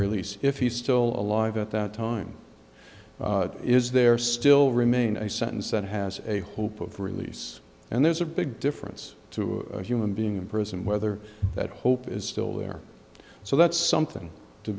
release if he's still alive at that time is there still remain a sentence that has a hope of release and there's a big difference to a human being in prison whether that hope is still there so that's something to